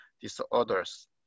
disorders